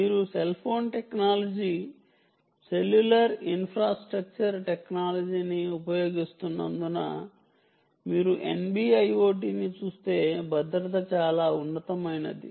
మీరు cell phone technology cellular infrastructure టెక్నాలజీని ఉపయోగిస్తున్నందున మీరు NB IoT ని చూస్తే భద్రత చాలా ఉన్నతమైనది